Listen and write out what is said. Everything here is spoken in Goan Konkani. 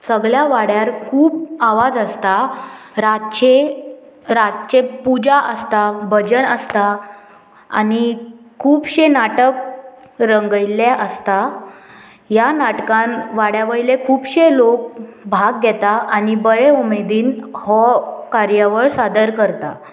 सगल्या वाड्यार खूब आवाज आसता रातचे रातचे पुजा आसता भजन आसता आनी खुबशे नाटक रंगयल्लें आसता ह्या नाटकान वाड्या वयले खुबशे लोक भाग घेता आनी बरे उमेदीन हो कार्यावळ सादर करता